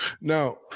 Now